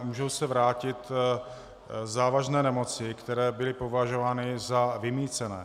Můžou se vrátit závažné nemoci, které byly považovány za vymýcené.